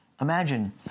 Imagine